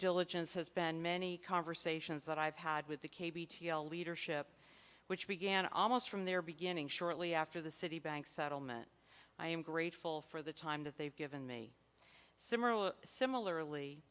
diligence has been many conversations that i've had with the leadership which began almost from their beginning shortly after the citibank settlement i am grateful for the time that they've given me simmer similarly